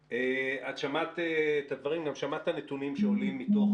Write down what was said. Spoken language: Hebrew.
שמעת את הדברים ושמעת את הנתונים שעולים מדוח